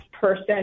person